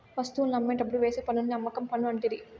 వస్తువుల్ని అమ్మేటప్పుడు వేసే పన్నుని అమ్మకం పన్ను అంటిరి